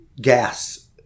gas